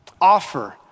offer